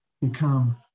become